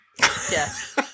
Yes